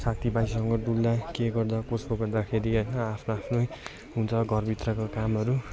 साथी भाइसँग डुल्दा के गर्दा कसो गर्दाखेरि होइन आफ्नो आफ्नै हुन्छ घरभित्रको कामहरू